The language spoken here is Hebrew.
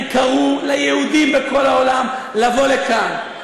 הם קראו ליהודים בכל העולם לבוא לכאן,